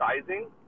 sizing